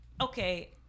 okay